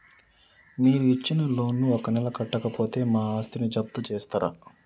మీరు ఇచ్చిన లోన్ ను ఒక నెల కట్టకపోతే మా ఆస్తిని జప్తు చేస్తరా?